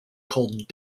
called